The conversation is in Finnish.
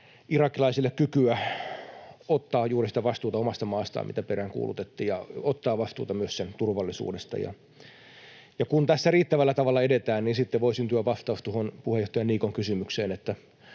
irakilaisille kykyä ottaa juuri sitä vastuuta omasta maastaan, mitä peräänkuulutettiin, ja ottaa vastuuta myös sen turvallisuudesta. Ja kun tässä riittävällä tavalla edetään, niin sitten voi syntyä vastaus tuohon puheenjohtaja Niikon kysymykseen,